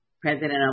President